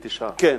כן.